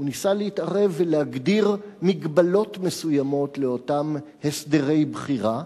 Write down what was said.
הוא ניסה להתערב ולהגדיר מגבלות מסוימות לאותם הסדרי בחירה,